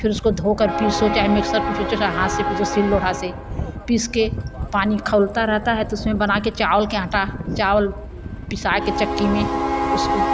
फिर उसको धो कर पीसो मिक्सर में पीसो चाहे हाथ से पीसो सील लोड़हा से पीस के पानी खौलता रहता है तो उसमें बना के चावल के आंटा चावल पिसा के चक्की में उसको